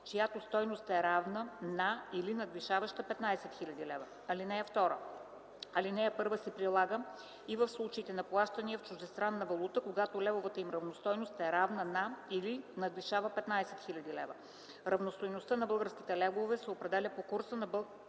чиято стойност е равна на или надвишава 15 000 лв. (2) Алинея 1 се прилага и в случаите на плащания в чуждестранна валута, когато левовата им равностойност е равна на или надвишава 15 000 лв. Равностойността в български левове се определя по курса на Българската